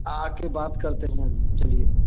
आके बात करते हैं हम चलिए